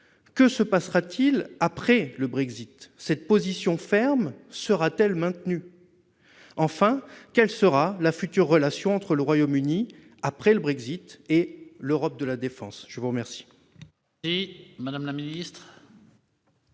que se passera-t-il après le Brexit ? Cette position ferme sera-t-elle maintenue ? Enfin, quelle sera la future relation entre le Royaume-Uni et l'Europe de la défense ? La parole